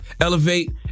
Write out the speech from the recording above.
elevate